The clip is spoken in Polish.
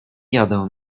jadę